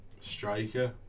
striker